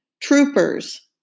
Troopers